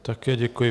Také děkuji.